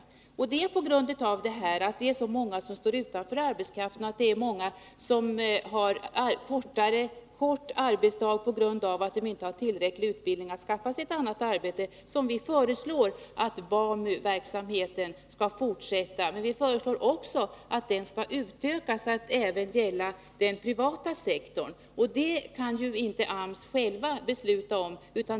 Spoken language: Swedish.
Att vi föreslår att BAMU-verksamheten skall fortsätta beror på att det är så många som står utanför arbetskraften och att det är många som har kort arbetsdag på grund av att de inte har tillräcklig utbildning för att skaffa sig ett annat arbete. Men vi föreslår också att den skall utökas att även gälla den privata sektorn. Och det kan ju inte AMS själv besluta om.